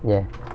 ya